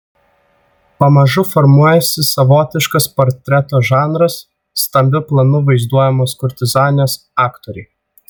pamažu formuojasi savotiškas portreto žanras stambiu planu vaizduojamos kurtizanės aktoriai